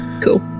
Cool